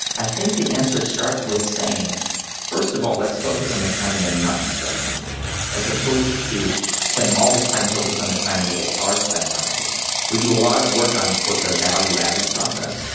i think the answer starts with saying first of all let's focus on the time they are not spending with the patients as opposed to spending all this time focusing on the time that they are spending on the patients. we do a lot of work on the value added process,